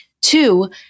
Two